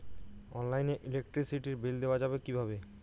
অনলাইনে ইলেকট্রিসিটির বিল দেওয়া যাবে কিভাবে?